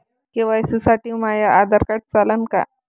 KYC साठी माह्य Aadhaar card चालन का?